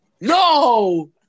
No